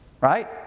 Right